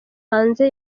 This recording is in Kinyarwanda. hanze